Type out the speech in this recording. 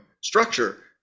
structure